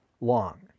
long